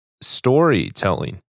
storytelling